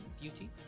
beauty